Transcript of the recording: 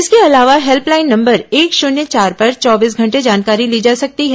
इसके अलावा helpline number एक शुन्य चार पर चौबीस घंटे जानकारी ली जा सकती है